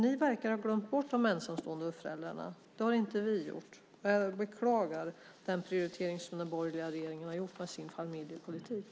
Ni verkar ha glömt bort de ensamstående föräldrarna. Det har inte vi gjort. Jag beklagar den prioritering som den borgerliga regeringen har gjort i sin familjepolitik.